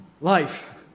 life